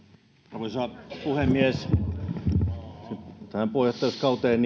arvoisa puhemies tähän puheenjohtajuuskauteen